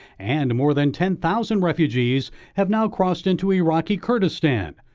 and more than ten thousand refugees have now crossed into iraqi kurdistan.